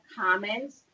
comments